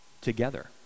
together